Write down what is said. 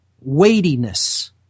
weightiness